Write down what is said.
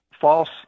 false